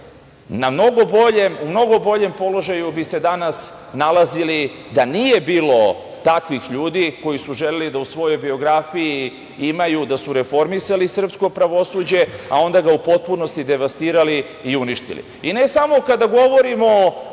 na mnogo boljem položaju bi se danas nalazili da nije bilo takvih ljudi koji su želeli da u svojoj biografiji imaju da su reformisali srpsko pravosuđe, a onda ga u potpunosti devastirali i uništili. Ne samo kada govorimo